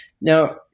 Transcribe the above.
Now